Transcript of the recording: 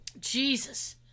Jesus